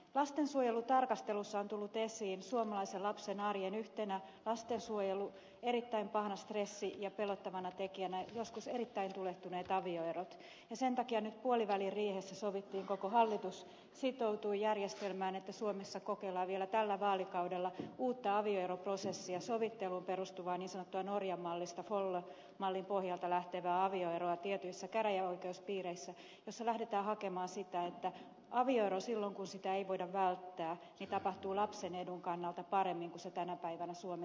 lastensuojelun tarkastelussa ovat tulleet esiin suomalaisen lapsen arjen yhtenä lastensuojelun erittäin pahana stressi ja pelottavana tekijänä joskus erittäin tulehtuneet avioerot ja sen takia nyt puoliväliriihessä sovittiin ja koko hallitus sitoutui järjestelmään että suomessa kokeillaan vielä tällä vaalikaudella uutta avioeroprosessia sovitteluun perustuvaa niin sanottua norjan mallista folla mallin pohjalta lähtevää avioeroa tietyissä käräjäoikeuspiireissä jossa lähdetään hakemaan sitä että avioero silloin kun sitä ei voida välttää tapahtuu lapsen edun kannalta paremmin kuin se tänä päivänä suomessa tapahtuu